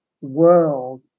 world